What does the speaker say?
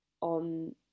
on